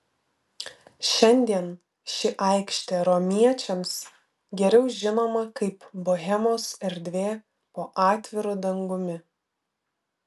šiandien ši aikštė romiečiams geriau žinoma kaip bohemos erdvė po atviru dangumi